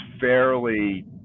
fairly